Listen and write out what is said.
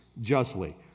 justly